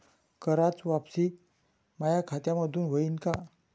कराच वापसी माया खात्यामंधून होईन का?